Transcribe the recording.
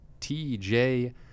TJ